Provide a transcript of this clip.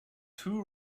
two